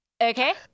okay